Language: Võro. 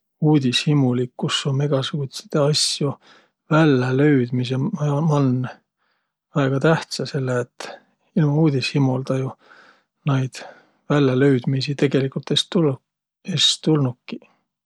Uudishimolikkus um egäsugutsidõ asjo vällälöüdmise ma- man väega tähtsä, sell et ilma uudishimolda naid vällälöüdmiisi jo tegeligult es tul- es tulnukiq.